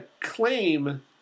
claim